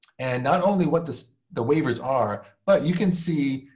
and not only what the the waivers are, but you can see,